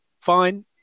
fine